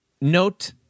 note